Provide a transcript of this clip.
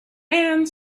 and